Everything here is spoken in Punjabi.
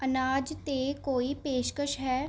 ਅਨਾਜ 'ਤੇ ਕੋਈ ਪੇਸ਼ਕਸ਼ ਹੈ